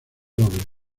dobles